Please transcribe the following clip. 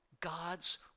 God's